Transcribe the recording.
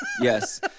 Yes